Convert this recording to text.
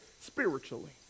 spiritually